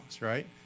right